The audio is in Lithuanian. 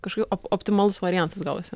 kažkaip op optimalus variantas gavosi